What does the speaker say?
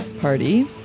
party